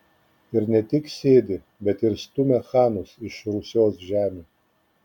ir ne tik sėdi bet ir stumia chanus iš rusios žemių